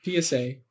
psa